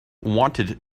wanted